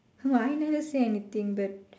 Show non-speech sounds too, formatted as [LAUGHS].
[LAUGHS] I never say anything but